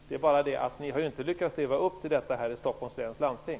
Det är bara det att Miljöpartiet inte har lyckats leva upp till detta i Stockholms läns landsting.